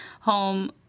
home